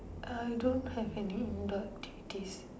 I don't have any indoor activities